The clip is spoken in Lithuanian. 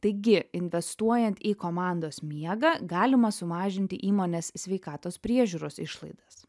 taigi investuojant į komandos miegą galima sumažinti įmonės sveikatos priežiūros išlaidas